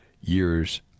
years